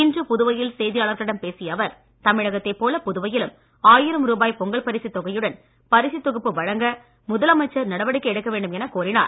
இன்று புதுவையில் செய்தியாளர்களிடம் பேசிய அவர் தமிழகத்தைப் போல புதுவையிலும் ஆயிரம் ரூபாய் பொங்கல் பரிசுத் தொகையுடன் பரிசுத் தொகுப்பு வழங்க முதலமைச்சர் நடவடிக்கை எடுக்க வேண்டும் எனக் கோரினார்